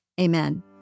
amen